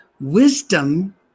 Wisdom